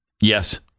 Yes